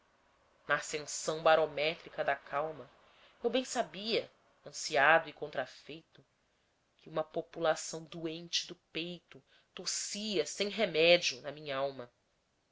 na ascensão barométrica da calma eu bem sabia ansiado e contrafeito que uma população doente do peito tossia sem remédio na minhalma